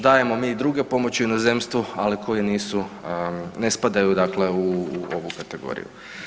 Dajemo mi i druge pomoći u inozemstvu ali koje nisu, ne spadaju dakle u ovu kategoriju.